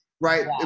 right